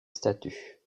statue